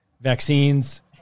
vaccines